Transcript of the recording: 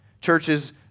Churches